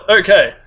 Okay